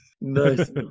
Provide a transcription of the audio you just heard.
Nice